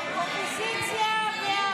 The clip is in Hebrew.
ההסתייגויות